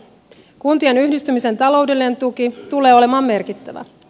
kuntien yhdistymisen taloudellinen tuki tulee olemaan merkittävä